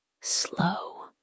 slow